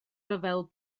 ryfel